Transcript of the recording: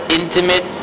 intimate